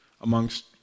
amongst